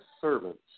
servants